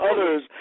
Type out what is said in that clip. others